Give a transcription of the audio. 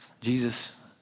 Jesus